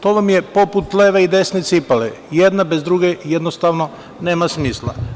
To vam je poput leve i desne cipele, jedna bez druge jednostavno nema smisla.